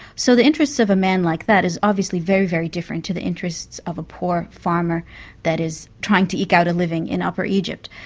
so the interests of a man like that is obviously very, very different to the interests of a poor farmer that is trying to eke out a living in upper egypt.